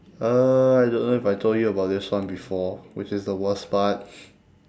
uh I don't know if I told you about this one before which is the worst part